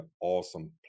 awesome